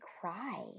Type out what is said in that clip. cry